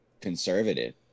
conservative